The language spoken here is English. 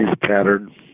pattern